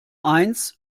eins